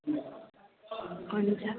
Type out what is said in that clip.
हुन्छ